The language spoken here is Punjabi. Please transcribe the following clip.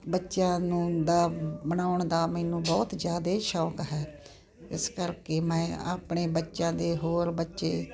ਬੱਚਿਆਂ ਨੂੰ ਦਾ ਬਣਾਉਣ ਦਾ ਮੈਨੂੰ ਬਹੁਤ ਜ਼ਿਆਦਾ ਸ਼ੌਕ ਹੈ ਇਸ ਕਰਕੇ ਮੈਂ ਆਪਣੇ ਬੱਚਿਆਂ ਦੇ ਹੋਰ ਬੱਚੇ